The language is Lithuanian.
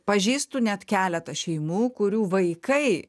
pažįstu net keletą šeimų kurių vaikai